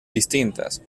distintas